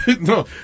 no